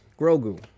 Grogu